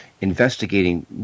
investigating